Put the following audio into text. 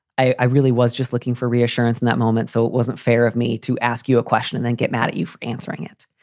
i really was just looking for reassurance in that moment. so it wasn't fair of me to ask you a question and then get mad at you for answering it.